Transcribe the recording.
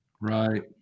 right